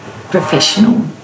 professional